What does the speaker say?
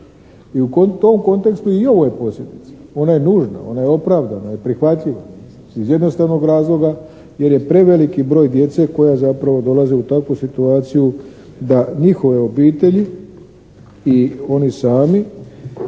i u tom kontekstu i ovo je posljedica, ona je nužna, ona je opravdana i prihvatljiva iz jednostavnog razloga jer je preveliki broj djece koja zapravo dolaze u takvu situaciju da njihove obitelji i oni sami